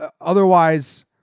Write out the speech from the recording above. Otherwise